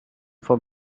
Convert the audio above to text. for